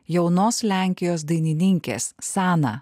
jaunos lenkijos dainininkės sana